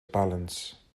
balance